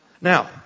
Now